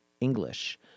English